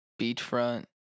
Beachfront